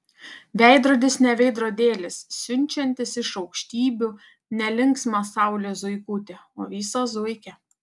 veidrodis ne veidrodėlis siunčiantis iš aukštybių ne linksmą saulės zuikutį o visą zuikį